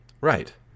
right